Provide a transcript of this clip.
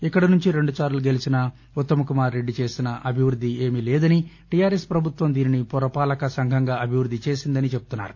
ఇక్కడి నుంచి రెండుసార్లు గెలిచిన ఉత్తమ్ కుమార్ రెడ్డి చేసిన అభివృద్ది ఏమీలేదని టీఆర్ఎస్ ప్రభుత్వం దీనిని పురపాలక సంఘంగా అభివృద్ది చేసిందని చెబుతున్నారు